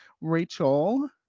Rachel